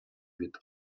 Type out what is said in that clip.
від